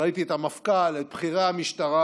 ראיתי את המפכ"ל ואת בכירי המשטרה,